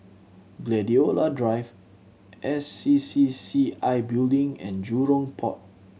Gladiola Drive S C C C I Building and Jurong Port